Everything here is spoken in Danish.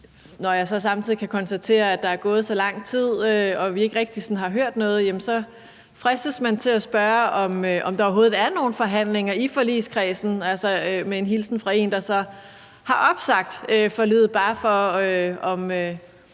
Når jeg så samtidig kan konstatere, at der er gået så lang tid og vi ikke rigtig sådan har hørt noget, fristes man til at spørge, om der overhovedet er nogen forhandlinger i forligskredsen, altså med en hilsen fra en, der så har opsagt forliget. Det er bare